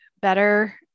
better